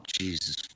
Jesus